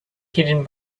hidden